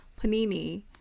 panini